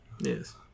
Yes